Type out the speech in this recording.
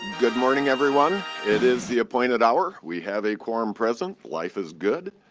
good morning, everyone. it is the appointed hour. we have a quorum present. life is good.